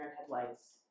headlights